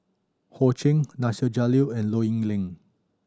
Ho Ching Nasir Jalil and Low Yen Ling